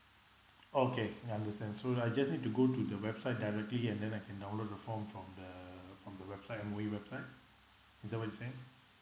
okay ya understand so I just need to go to the website directly and then I can download the form from the from the website M_O_E website is that what you were saying